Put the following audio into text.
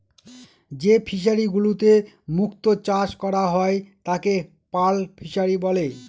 যে ফিশারিগুলোতে মুক্ত চাষ করা হয় তাকে পার্ল ফিসারী বলে